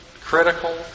critical